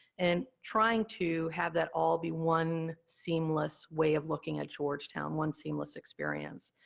and trying to have that all be one, seamless way of looking at georgetown, one seamless experience.